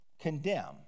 condemn